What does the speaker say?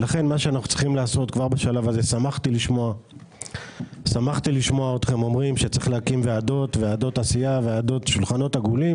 לכן שמחתי לשמוע אתכם אומרים שצריך להקים ועדות עשייה ושולחנות עבודה.